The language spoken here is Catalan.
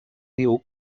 diu